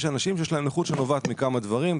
יש אנשים שהנכות שלהם נובעת מכמה דברים,